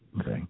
Okay